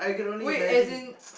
wait as in